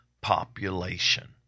population